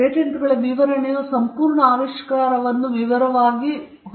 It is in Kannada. ಪೇಟೆಂಟುಗಳ ವಿವರಣೆಯು ಸಂಪೂರ್ಣ ಆವಿಷ್ಕಾರವನ್ನು ವಿವರವಾಗಿ ಹೊಂದಿರುತ್ತದೆ